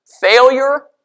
Failure